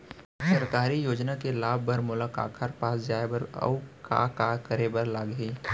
सरकारी योजना के लाभ बर मोला काखर पास जाए बर अऊ का का करे बर लागही?